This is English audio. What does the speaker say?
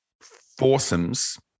foursomes